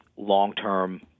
long-term